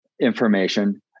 information